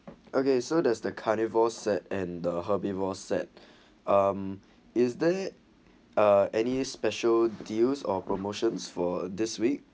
okay so does the carnivore set and the herbivores set um is there any special deals or promotions for this week